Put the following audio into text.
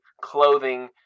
clothing